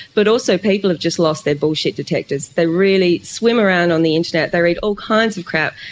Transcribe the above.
but also people have just lost their bullshit detectors. they really swim around on the internet, they read all kinds of crap,